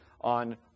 on